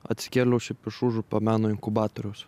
atsikėliau šiaip iš užupio meno inkubatoriaus